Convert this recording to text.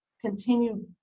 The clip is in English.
continue